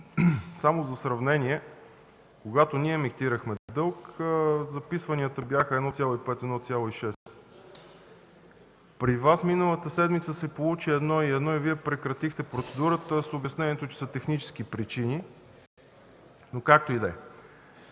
Само за сравнение, когато ние емитирахме дълг, записванията бяха 1,5 – 1,6. При Вас миналата седмица се получи 1,1 и прекратихте процедурата с обяснението, че са технически причините, но както и да е.